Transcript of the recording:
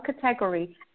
category